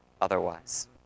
otherwise